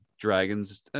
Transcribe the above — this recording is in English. dragons